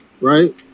Right